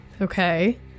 Okay